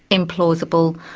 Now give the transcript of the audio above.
implausible,